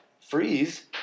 Freeze